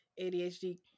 ADHD